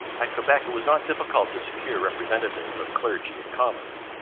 at quebec it was not difficult to secure representatives of clergy and commons.